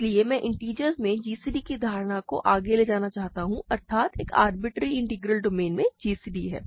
इसलिए मैं इंटिजर्स में gcd की इस धारणा को आगे ले जाना चाहता हूँ अर्थात एक आरबिटरेरी इंटीग्रल डोमेन में gcd है